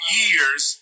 years